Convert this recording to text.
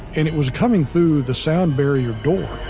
and it was coming through the sound barrier door